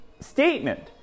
statement